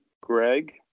Greg